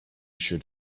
should